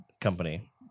company